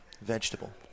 vegetable